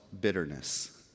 bitterness